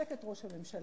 לחשק את ראש הממשלה.